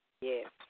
Yes